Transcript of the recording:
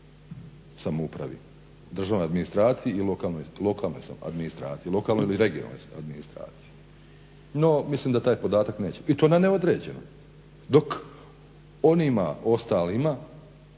i lokalnoj administraciji, lokalnoj ili regionalnoj administraciji. No, mislim da taj podatak neću dobiti. I to na neodređeno. Dok onima ostalima